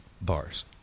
bars